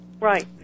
Right